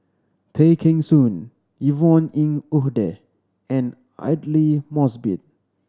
Tay Kheng Soon Yvonne Ng Uhde and Aidli Mosbit